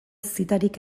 zitarik